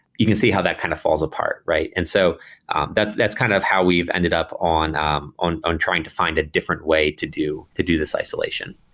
you can see how that kind of falls apart, right? and so that's that's kind of how we've ended up on um on trying to find a different way to do to do this isolation.